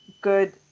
good